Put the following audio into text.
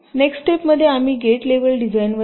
नेक्स्टस्टेपमध्ये आम्ही gate level डिझाईनवर येऊ